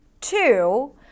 Two